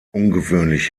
ungewöhnlich